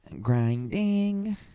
Grinding